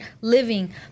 living